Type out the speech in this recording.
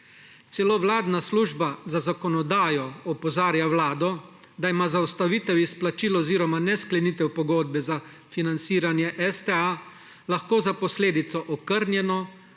Celo vladna služba za zakonodajo opozarja Vlado, da ima zaustavitev izplačil oziroma nesklenitev pogodbe za financiranje STA lahko za posledico okrnjeno